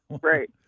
Right